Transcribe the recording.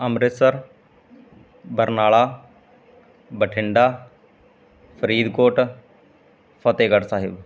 Amritsar Barnala Bathinda Faridkot Fatehgarh Sahib